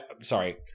sorry